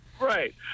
right